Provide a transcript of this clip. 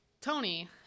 Tony